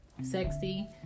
sexy